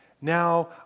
Now